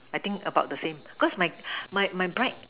I think about the same cause mine mine mine bright